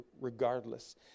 regardless